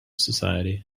society